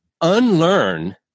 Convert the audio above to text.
unlearn